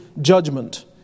judgment